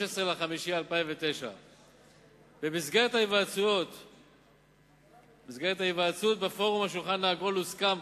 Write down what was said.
13 במאי 2009. במסגרת ההיוועצות בפורום "השולחן העגול" הוסכם,